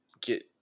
get